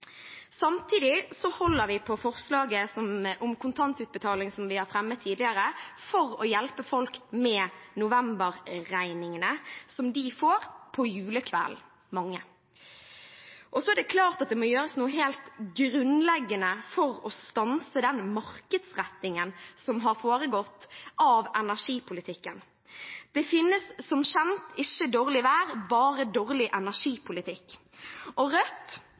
Samtidig holder vi på forslaget om kontantutbetaling som vi har fremmet tidligere, for å hjelpe folk med novemberregningene, som mange får på julekvelden. Det må også gjøres noe helt grunnleggende for å stanse den markedsrettingen av energipolitikken som har foregått. Det finnes som kjent ikke dårlig vær, bare dårlig energipolitikk, og Rødt